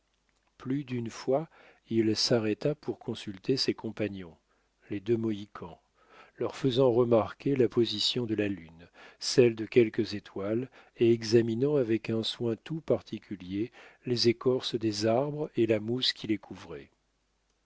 plus d'une fois il s'arrêta pour consulter ses compagnons les deux mohicans leur faisant remarquer la position de la lune celle de quelques étoiles et examinant avec un soin tout particulier les écorces des arbres et la mousse qui les couvrait